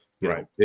right